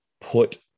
put